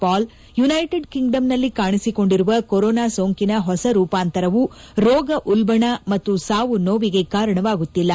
Pal United ಕಿಂಗ್ಡಂನಲ್ಲಿ ಕಾಣಿಸಿಕೊಂಡಿರುವ corona ಸೋಂಕಿನ ಹೊಸ ರೂಪಾಂತರವು ರೋಗ ಉಲ್ಲಣ ಮತ್ತು ಸಾವು ನೋವಿಗೆ ಕಾರಣವಾಗುತ್ತಿಲ್ಲ